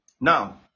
Now